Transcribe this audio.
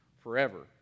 forever